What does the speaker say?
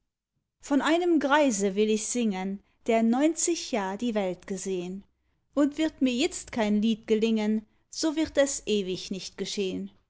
von einem greise will ich singen der neunzig jahr die welt gesehn und wird mir itzt kein lied gelingen so wird es ewig nicht geschehn